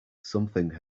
something